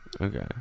Okay